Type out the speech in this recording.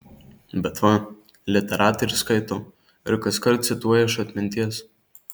bet va literatai ir skaito ir kaskart cituoja iš atminties